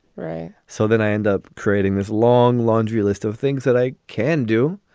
right. so then i end up creating this long laundry list of things that i can do.